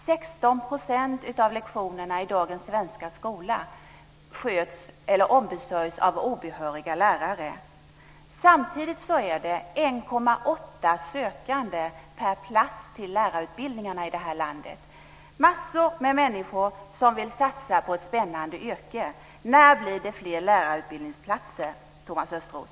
16 % av lektionerna i dagens svenska skola ombesörjs av obehöriga lärare. Samtidigt är det 1,8 sökande per plats till lärarutbildningarna i det här landet - massor med människor som vill satsa på ett spännande yrke. När blir det fler lärarutbildningsplatser, Thomas Östros?